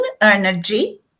energy